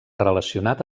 relacionat